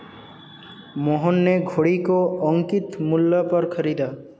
मोहन ने घड़ी को अंकित मूल्य पर खरीदा